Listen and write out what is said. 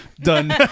Done